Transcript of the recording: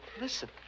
Listen